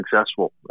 successful